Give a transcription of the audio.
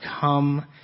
come